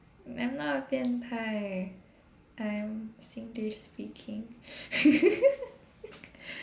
I'm not a 变态 I am Singlish speaking